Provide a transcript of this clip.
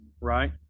right